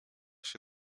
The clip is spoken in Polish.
się